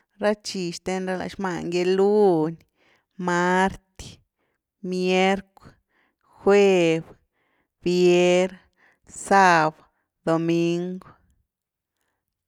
Ra tchi xthen ra lany xman gy lun, mart, mierc, juev, vier, sab, doming’w.